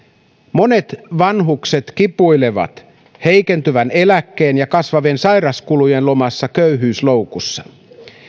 monet vanhukset kipuilevat heikentyvän eläkkeen ja kasvavien sairaskulujen luomassa köyhyysloukussa